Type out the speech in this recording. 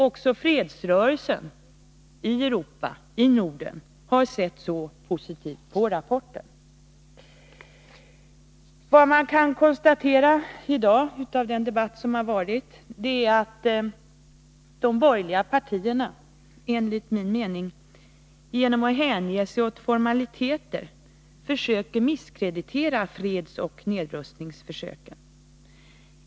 Också fredsrörelsen i Europa och i Norden har sett positivt på rapporten. Vad man kan konstatera i dag av den debatt som förts är att de borgerliga partierna enligt min mening genom att hänge sig åt formaliteter försöker misskreditera fredsoch nedrustningsförsöken.